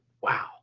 wow